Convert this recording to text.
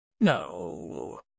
No